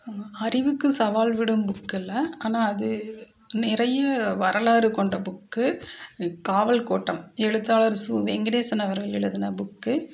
அறிவுக்கு சவால் விடும் புக்கில்லை ஆனால் அது நிறைய வரலாறு கொண்ட புக்கு காவல் கோட்டம் எழுத்தாளர் சு வெங்கடேசன் அவர்கள் எழுதின புக்கு